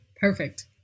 perfect